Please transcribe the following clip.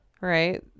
Right